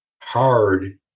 hard